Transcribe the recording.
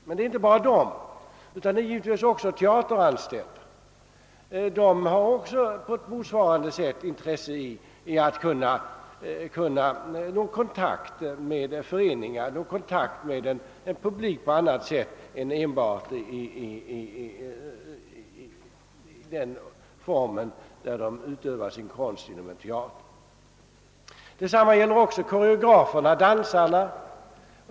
Men även de teateranställda har givetvis intresse av att kunna nå kontakt med föreningar och med publik på ett annat sätt än genom sin konstutövning inom en teater. Detsamma gäller koreograferna och dansarna.